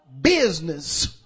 business